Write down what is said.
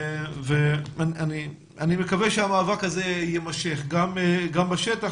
אני מקווה שהמאבק הזה יימשך גם בשטח,